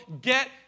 get